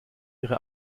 ihre